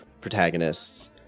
protagonists